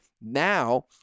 Now